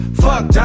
fuck